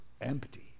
empty